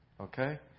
Okay